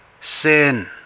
sin